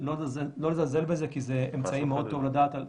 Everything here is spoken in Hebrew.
לא לזלזל בזה כי זה אמצעי מאוד טוב לדעת על עבירות.